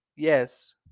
Yes